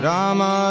Rama